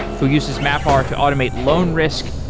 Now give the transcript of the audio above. who uses mapr to automate loan risk,